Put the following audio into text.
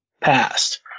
past